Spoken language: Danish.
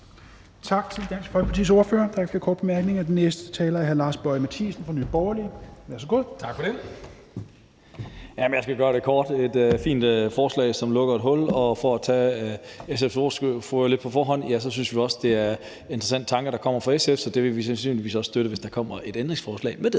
Tak til Dansk Folkepartis ordfører. Der er ikke flere korte bemærkninger. Den næste taler er hr. Lars Boje Mathiesen fra Nye Borgerlige. Værsgo. Kl. 16:41 (Ordfører) Lars Boje Mathiesen (NB): Tak for det. Jeg skal gøre det kort. Det er et fint forslag, som lukker et hul. For at komme SF's ordfører lidt i forkøbet synes vi også, at det er en interessant tanke, der kommer fra SF, så det vil vi sandsynligvis også støtte, hvis der kommer et ændringsforslag med det.